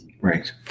Right